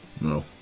No